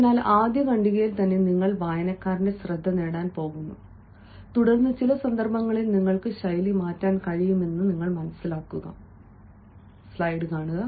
അതിനാൽ ആദ്യ ഖണ്ഡികയിൽ തന്നെ നിങ്ങൾ വായനക്കാരന്റെ ശ്രദ്ധ നേടാൻ പോകുന്നു തുടർന്ന് ചില സന്ദർഭങ്ങളിൽ നിങ്ങൾക്ക് ശൈലി മാറ്റാൻ കഴിയുമെന്ന് നിങ്ങൾ ഓർക്കുന്നു